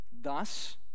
Thus